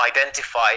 identify